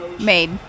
made